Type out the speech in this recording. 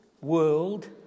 world